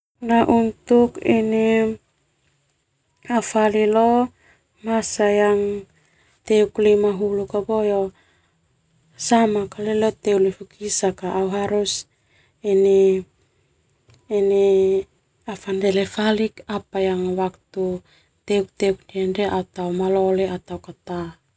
Nah untuk fali leo masa yang teuk lima hulu au harus afandele falik teuk ndia au tao malole do ta.